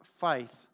faith